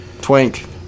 Twink